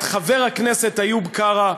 את חבר הכנסת איוב קרא,